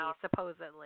supposedly